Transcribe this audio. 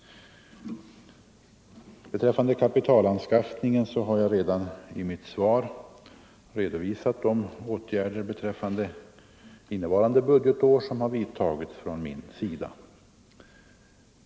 Beträffande kapitalanskaffningen har jag redan i mitt svar redovisat de åtgärder som jag vidtagit innevarande budgetår.